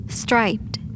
striped